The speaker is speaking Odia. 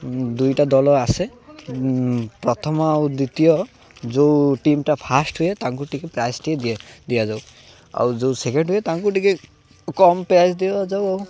ଦୁଇଟା ଦଳ ଆସେ ପ୍ରଥମ ଆଉ ଦ୍ୱିତୀୟ ଯେଉଁ ଟିମ୍ଟା ଫାଷ୍ଟ୍ ହୁଏ ତାଙ୍କୁ ଟିକେ ପ୍ରାଇସ୍ ଟିକେ ଦି ଦିଆଯାଉ ଆଉ ଯେଉଁ ସେକେଣ୍ଡ୍ ହୁଏ ତାଙ୍କୁ ଟିକେ କମ୍ ପ୍ରାଇସ୍ ଦିଆଯାଉ ଆଉ